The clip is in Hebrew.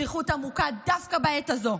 שליחות עמוקה דווקא בעת הזו,